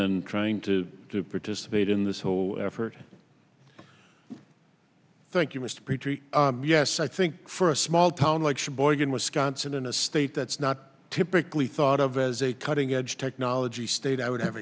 and trying to participate in this whole effort thank you mr pre treat yes i think for a small town like sheboygan wisconsin in a state that's not typically thought of as a cutting edge technology state i would have